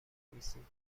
نویسید